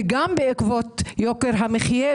וגם בעקבות יוקר המחייה,